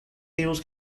tables